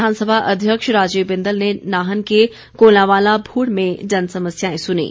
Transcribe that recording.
विधानसभा अध्यक्ष राजीव बिंदल ने नाहन के कोलांवाला भूड़ में जनसमस्याएं सुनीं